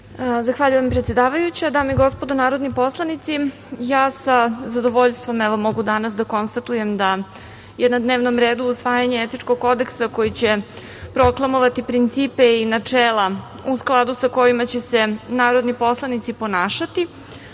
Zahvaljujem, predsedavajuća. Dame i gospodo narodni poslanici, sa zadovoljstvom mogu danas da konstatujem da je na dnevnom redu usvajanje etičkog kodeksa koji će proklamovati principe i načela u skladu sa kojima će se narodni poslanici ponašati,